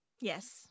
Yes